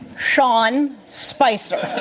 sean spicer.